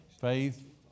faith